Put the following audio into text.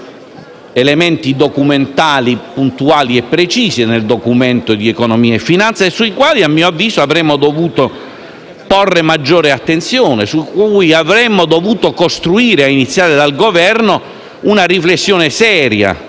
elementi documentali puntuali e precisi nel Documento di economia e finanza. Su di essi, a mio avviso, avremmo dovuto porre maggior attenzione e costruire, a iniziare dal Governo, una riflessione seria